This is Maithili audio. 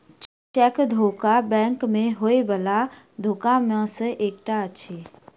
चेक धोखा बैंक मे होयबला धोखा मे सॅ एकटा अछि